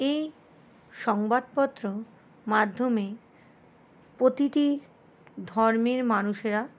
এই সংবাদপত্র মাধ্যমে প্রতিটি ধর্মের মানুষেরা